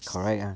correct ah